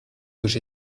push